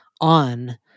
on